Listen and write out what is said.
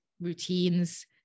routines